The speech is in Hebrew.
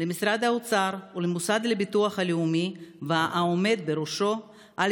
למשרד האוצר ולמוסד לביטוח לאומי ולעומד בראשו על